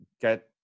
Get